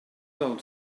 del